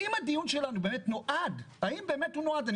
אם הדיון שלנו באמת נועד האם באמת הוא נועד אני